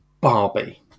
Barbie